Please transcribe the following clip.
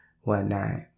whatnot